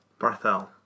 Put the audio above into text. Barthel